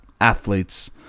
athletes